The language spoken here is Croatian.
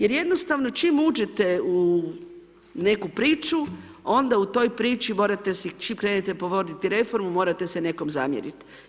Jer jednostavno čim uđete u neku priču, onda u toj priči morate si, čim krenete provoditi reformu, morate se nekome zamjeriti.